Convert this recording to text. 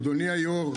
אדוני היו"ר,